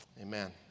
Amen